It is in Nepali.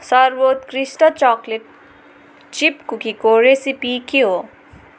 सर्वोत्कृष्ट चकलेट चिप् कुकीको रेसिपी के हो